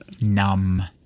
Numb